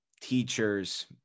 teachers